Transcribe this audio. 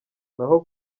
naho